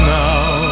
now